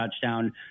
touchdown